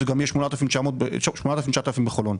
זה גם יהיה 8,000-9,000 בחולון.